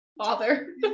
father